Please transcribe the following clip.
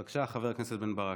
בבקשה, חבר הכנסת בן ברק.